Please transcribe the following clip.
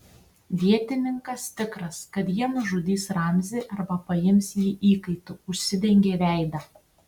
vietininkas tikras kad jie nužudys ramzį arba paims jį įkaitu užsidengė veidą